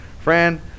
Friend